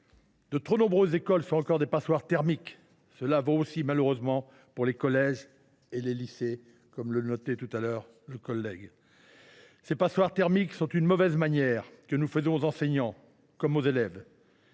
De trop nombreuses écoles sont encore des passoires thermiques. Cela vaut aussi, malheureusement, pour les collèges et les lycées. Ces passoires thermiques sont une mauvaise manière que nous faisons aux enseignants comme aux élèves.